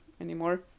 anymore